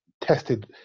tested